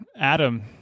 Adam